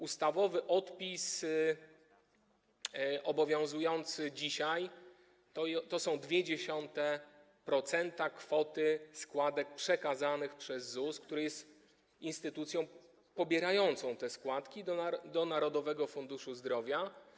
Ustawowy odpis obowiązujący dzisiaj wynosi 0,2% kwoty składek przekazanych przez ZUS, który jest instytucją pobierającą te składki do Narodowego Funduszu Zdrowia.